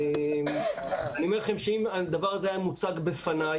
אני פשוט מסבירה שאנשי צבא למדו להילחם,